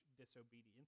disobedience